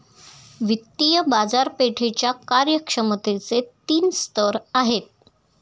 वित्तीय बाजारपेठेच्या कार्यक्षमतेचे तीन स्तर आहेत